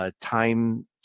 time-